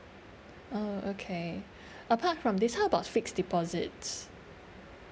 oh okay apart from this how about fixed deposit